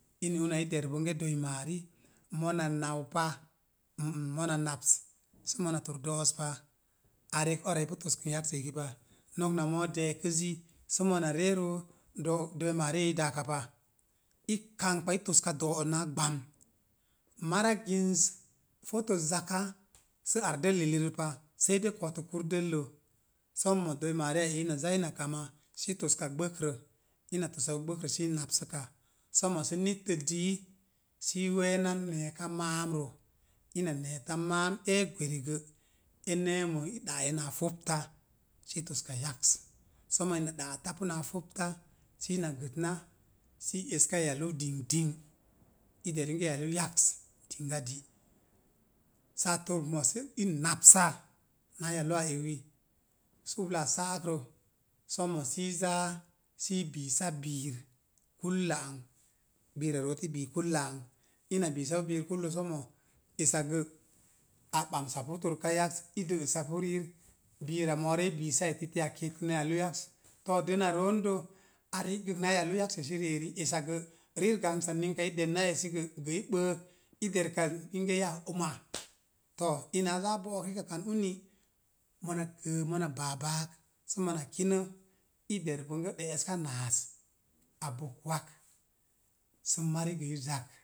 In una i der bonge do̱i maari. Mona nau pa, mm mm mona naps sə mona tor do̱'o̱z pa, a rek ara ipu toskən yaksə eki pa. No̱k na moo de̱e̱kəzzi, sə mona ree roo, do̱ do̱i maariya eyi i daaka pa. I kampkpa i toska do̱'o̱z na gbam, mara ginz foto zake sə ar dəllərirə pa, sei dei ko̱o̱tək kur dəllə, sommo do̱i maariya eyi ina zaa ina kama sii toska gbəkrə, ina tosa gbəkrə sii i napsəka. Somosə nittə dii sii we̱e̱na ne̱e̱ka ma'amro. Ina ne̱e̱ta ma'am, ee gweri gə e ne̱e̱mə i ɗa'ee naa fopta si i toska yaks. Sommo ina ɗa'atapu naa fopte sii na gətna sii eska yalu din din. I der inge yalu yaka, dinga di. Saa tork mo sə i napsa naa yaluwa ewi. sə ublaa sa'akrə, somo sii zaa sii biisa biir kullo ana, biira root i bii kullo ana. Ina biisapu biir kullo sommo, esak gə a ɓamsapu torka yaks, i də'əsapu riik bilra mo̱o̱rə i biisa etiti a kinkən yalu yaks. To, dəna roondə a ri'gək naa yalu yaksesi ri'eri, esakgə riir gangsa ninka i derna esi gə gə i bəək i derka inge yaa uma. To, ina a zaa bo̱'ok rikallan uni, mona gəə mona baa baak, sə mona kinə, i dev bonge ɗe'eska naas. A bok wak sə marigə i zak